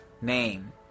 name